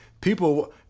people